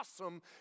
awesome